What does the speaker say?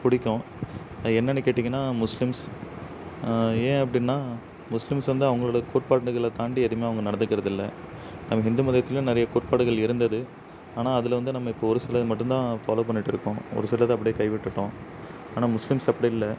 பிடிக்கும் என்னென்னு கேட்டீங்கன்னால் முஸ்லீம்ஸ் ஏன் அப்படின்னா முஸ்லீம்ஸ் வந்து அவங்களோட கோட்பாட்டுகளை தாண்டி எதுவுமே அவங்க நடந்துக்கிறதில்லை நம்ம ஹிந்து மதத்திலியும் நிறைய கோட்பாடுகள் இருந்தது ஆனால் அதில் வந்து நம்ம இப்போது ஒரு சிலது மட்டும்தான் ஃபாலோ பண்ணிகிட்டுருக்கோம் ஒரு சிலது அப்படியே கை விட்டுவிட்டோம் ஆனால் முஸ்லீம்ஸ் அப்படி இல்லை